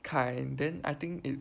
kind then I think it's